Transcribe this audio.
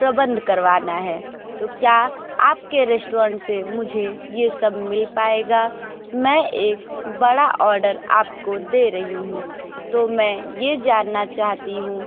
प्रबंध करवाना है तो क्या आपके रेस्टोरेंट से मुझे यह सब मिल पाएगा मैं एक बडा ऑर्डर आपको दे रही हूँ तो मैं यह जानना चाहती हूँ